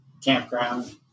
campground